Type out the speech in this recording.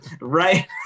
right